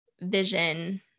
vision